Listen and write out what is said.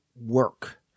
work